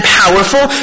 powerful